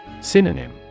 Synonym